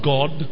God